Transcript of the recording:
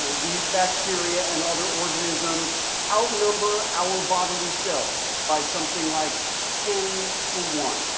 these bacteria and other organisms outnumber our bodily cells by something like ten to one.